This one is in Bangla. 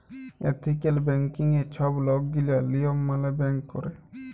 এথিক্যাল ব্যাংকিংয়ে ছব লকগিলা লিয়ম মালে ব্যাংক ক্যরে